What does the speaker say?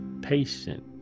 patient